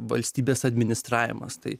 valstybės administravimas tai